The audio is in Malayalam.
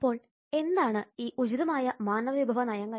അപ്പോൾ എന്താണ് ഈ ഉചിതമായ മാനവവിഭവ നയങ്ങൾ